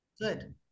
Good